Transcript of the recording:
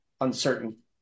uncertain